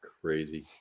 crazy